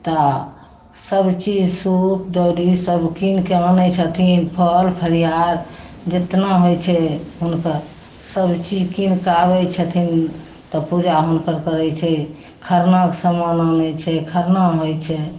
तऽ सबचीज सूप दौड़ी सब कीनके आनय छथिन फल फलिहार जेतना होइ छै हुनका सबचीज कीनकऽ आबय छथिन तऽ पूजा हुनकर करय छै खरनाक समाान आनय छै खरना होइ छै